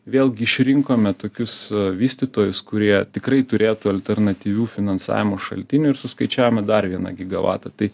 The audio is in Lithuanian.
vėlgi išrinkome tokius vystytojus kurie tikrai turėtų alternatyvių finansavimo šaltinių ir suskaičiavome dar vieną gigavatą tai